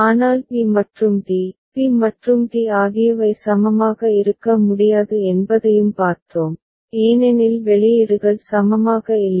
ஆனால் பி மற்றும் D B மற்றும் டி ஆகியவை சமமாக இருக்க முடியாது என்பதையும் பார்த்தோம் ஏனெனில் வெளியீடுகள் சமமாக இல்லை